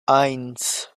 eins